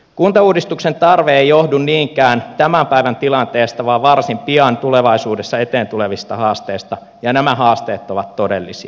kuntauudistuksen tarve ei johdu niinkään tämän päivän tilanteesta vaan varsin pian tulevaisuudessa eteen tulevista haasteista ja nämä haasteet ovat todellisia